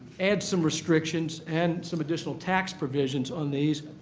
adds some restrictions and some additional tax provisions on these,